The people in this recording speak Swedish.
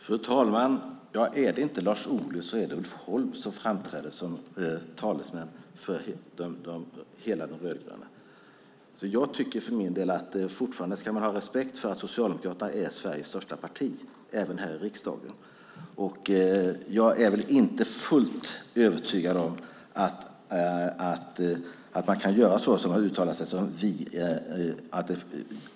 Fru talman! Är det inte Lars Ohly så är det Ulf Holm som framträder som talesman för hela det rödgröna samarbetet. Jag tycker för min del att man fortfarande ska ha respekt för att Socialdemokraterna är Sveriges största parti, även här i riksdagen. Jag är inte fullt övertygad om att han kan uttala sig som vi.